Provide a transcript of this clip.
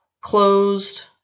closed